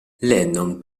lennon